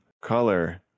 color